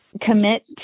commit